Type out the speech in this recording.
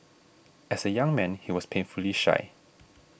as a young man he was painfully shy